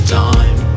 time